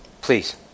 Please